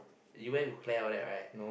you went with Claire all that right